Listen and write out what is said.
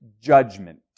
judgment